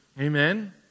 Amen